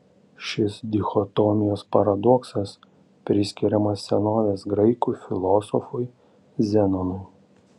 šis dichotomijos paradoksas priskiriamas senovės graikų filosofui zenonui